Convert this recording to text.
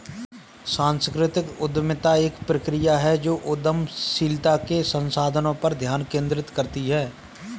सांस्कृतिक उद्यमिता एक प्रक्रिया है जो उद्यमशीलता के संसाधनों पर ध्यान केंद्रित करती है